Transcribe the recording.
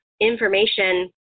information